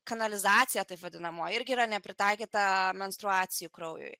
kanalizacija taip vadinamoji irgi yra nepritaikyta menstruacijų kraujui